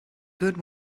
good